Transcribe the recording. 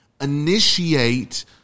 Initiate